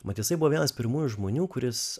mat jisai buvo vienas pirmųjų žmonių kuris